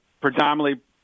predominantly